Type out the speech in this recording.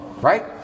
right